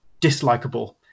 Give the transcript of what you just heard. dislikable